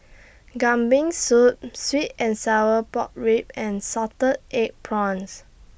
Kambing Soup Sweet and Sour Pork Ribs and Salted Egg Prawns